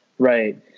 Right